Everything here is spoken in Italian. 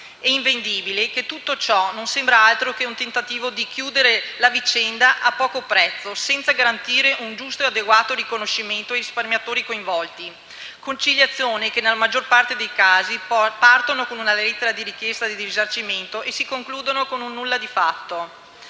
ed invendibili, tutto ciò non sembra altro che un tentativo per chiudere la vicenda a poco prezzo, senza garantire un giusto e adeguato risarcimento ai risparmiatori coinvolti). Si tratta poi di conciliazioni che, nella maggior parte dei casi, partono con una lettera di richiesta di risarcimento e si concludono in un nulla di fatto.